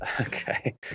Okay